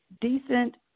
decent